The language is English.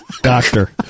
doctor